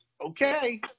okay